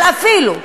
אבל אפילו,